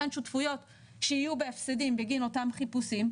שותפויות שיהיו בהפסדים בגין אותם חיפושים,